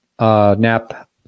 Nap